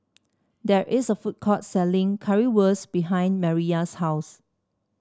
there is a food court selling Currywurst behind Mariyah's house